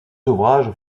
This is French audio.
ouvrages